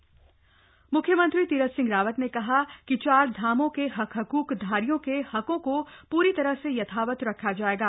Devasthanam board मुख्यमंत्री तीरथ सिंह रावत ने कहा है कि चारधामों के हक हक्क धारियों के हकों को पूरी तरह से यथावत रखा जाएगा